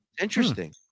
Interesting